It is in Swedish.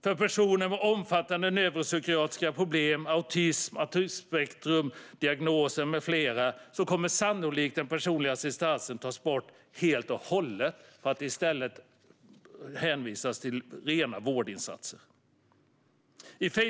För personer med omfattande neuropsykiatriska problem - autism och autismspektrumdiagnoser med flera - kommer sannolikt den personliga assistansen att tas bort helt och hållet för att det i stället ska hänvisas till rena vårdinsatser. Fru talman!